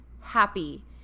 happy